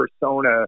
persona